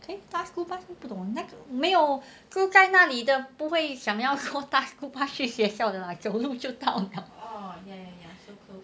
可以搭巴士不懂 leh 没有住在那里的不会想要说坐 bus 去学校的走路就到了